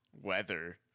weather